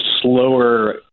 slower